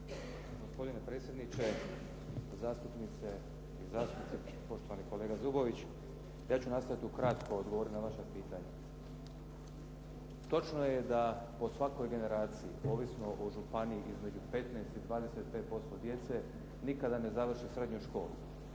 Gospodine predsjedniče, zastupnice i zastupnici, poštovani kolega Zubović. Ja ću nastojati ukratko odgovoriti na vaša pitanja. Točno je da po svakoj generaciji ovisno o županiji, između 15 i 25% djece nikada ne završi srednju školu.